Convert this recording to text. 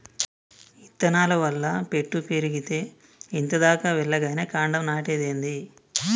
ఇత్తనాల వల్ల పెట్టు పెరిగేతే ఇంత దాకా వెల్లగానే కాండం నాటేదేంది